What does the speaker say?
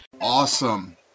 Awesome